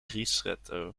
ristretto